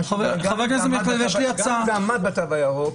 גם אם זה עמד בתו הירוק,